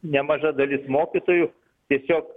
nemaža dalis mokytojų tiesiog